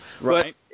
right